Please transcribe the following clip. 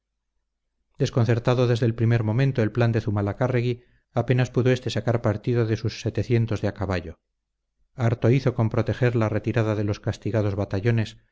desconcertado desde el primer momento el plan de zumalacárregui apenas pudo éste sacar partido de sus setecientos de a caballo harto hizo con proteger la retirada de los castigados batallones